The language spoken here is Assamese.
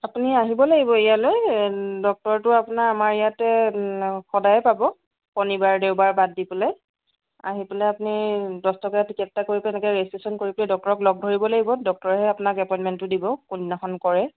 আপুনি আহিব লাগিব ইয়ালৈ ডক্তৰটো আপোনাৰ আমাৰ ইয়াতে সদায়ে পাব শনিবাৰে দেওবাৰ বাদ দি পেলাই আহি পেলাই আপুনি দহ টকাৰ টিকেট এটা কৰি তেনেকে ৰেজিষ্ট্ৰেশ্যন কৰি পেলাই ডক্তৰক লগ ধৰিব লাগিব ডক্তৰেহে আপোনাক এপইণ্টমেণ্টটো দিব কোনদিনাখন কৰে